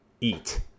eat